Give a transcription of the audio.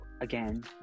again